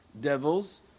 devils